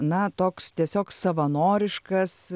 na toks tiesiog savanoriškas